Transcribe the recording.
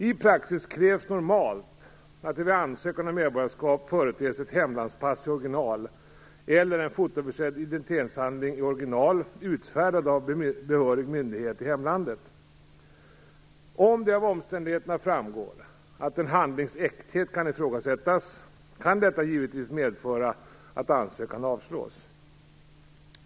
I praxis krävs normalt att det vid ansökan om medborgarskap företes ett hemlandspass i original eller en fotoförsedd identitetshandling i original utfärdad av behörig myndighet i hemlandet. Om det av omständigheterna framgår att en handlings äkthet kan ifrågasättas, kan detta givetvis medföra att ansökan avslås.